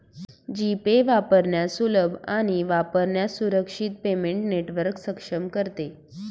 जी pay वापरण्यास सुलभ आणि वापरण्यास सुरक्षित पेमेंट नेटवर्क सक्षम करते